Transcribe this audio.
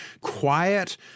quiet